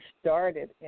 started